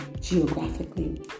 geographically